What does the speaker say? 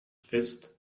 fist